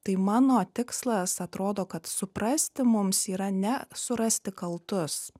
tai mano tikslas atrodo kad suprasti mums yra ne surasti kaltus